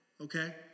okay